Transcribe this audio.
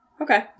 Okay